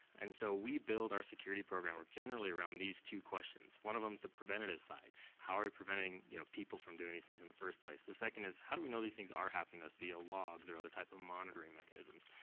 and so, we build our security program generally around these two questions. one of them's the preventative side. how are we preventing you know people from doing these things in the first place? the second is, how do we know these things are happening to us via logs, or other types of monitoring mechanisms?